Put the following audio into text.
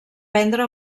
prendre